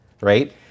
right